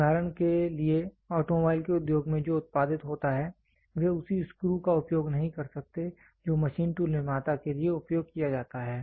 उदाहरण के लिए ऑटोमोबाइल के उद्योग में जो उत्पादित होता है वे उसी स्क्रू का उपयोग नहीं कर सकते हैं जो मशीन टूल निर्माता के लिए उपयोग किया जाता है